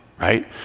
right